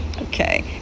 Okay